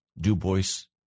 Dubois